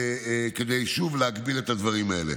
שוב, כדי להגביל את הדברים האלה.